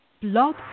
Blog